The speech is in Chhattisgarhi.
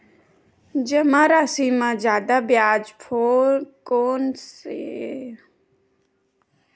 जमा राशि म जादा ब्याज कोन से बैंक ह दे ही, सरकारी बैंक दे हि कि प्राइवेट बैंक देहि?